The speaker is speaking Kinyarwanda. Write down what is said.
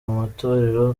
matorero